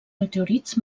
meteorits